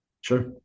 Sure